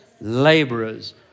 laborers